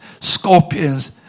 scorpions